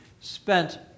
spent